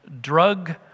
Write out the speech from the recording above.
drug